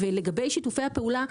ולגבי שיתופי הפעולה,